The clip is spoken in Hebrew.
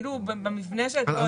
זה מופיע בתוכנית ואני אשמח להראות לך.